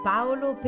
Paolo